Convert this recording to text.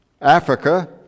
Africa